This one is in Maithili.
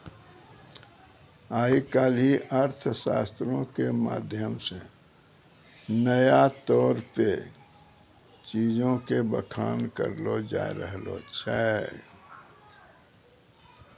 आइ काल्हि अर्थशास्त्रो के माध्यम से नया तौर पे चीजो के बखान करलो जाय रहलो छै